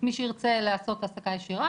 מי שירצה לעשות העסקה ישירה,